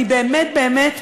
אני באמת באמת,